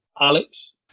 Alex